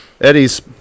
Eddie's